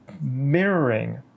mirroring